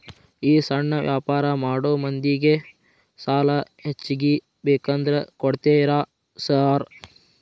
ಈ ಸಣ್ಣ ವ್ಯಾಪಾರ ಮಾಡೋ ಮಂದಿಗೆ ಸಾಲ ಹೆಚ್ಚಿಗಿ ಬೇಕಂದ್ರ ಕೊಡ್ತೇರಾ ಸಾರ್?